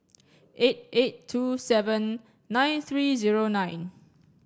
eight eight two seven nine three zero nine